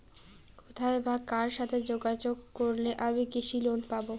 কোথায় বা কার সাথে যোগাযোগ করলে আমি কৃষি লোন পাব?